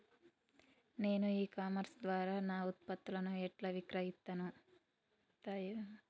నేను e commerce ద్వారా నా ఉత్పత్తులను ఎట్లా విక్రయిత్తను?